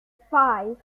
five